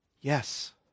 Yes